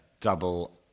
double